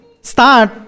start